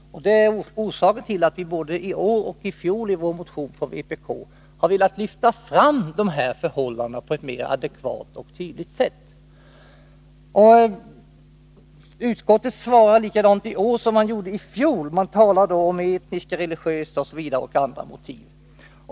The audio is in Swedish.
Det är orsaken till att vi från vpk både i år och i fjol har velat lyftat lyfta fram de här förhållandena på ett mer adekvat och tydligt sätt. Utskottet svarar likadant i år som i fjol och talar om etniska, religiösa och andra motiv.